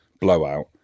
blowout